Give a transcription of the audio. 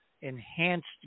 enhanced